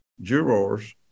jurors